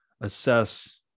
assess